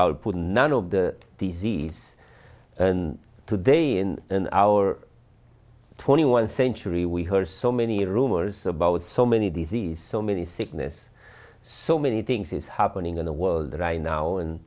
output none of the disease and today in our twenty one century we heard so many rumors about so many disease so many sickness so many things is happening in the world right now and